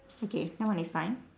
okay that one is fine